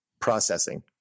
processing